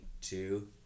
two